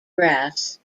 grass